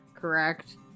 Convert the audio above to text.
correct